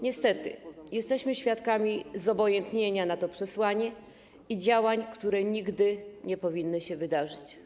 Niestety, jesteśmy świadkami zobojętnienia na to przesłanie i działań, które nigdy nie powinny się wydarzyć.